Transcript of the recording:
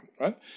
right